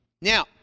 Now